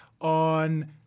on